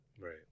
Right